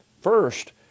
First